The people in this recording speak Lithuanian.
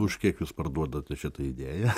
už kiek jūs parduodate šitą idėją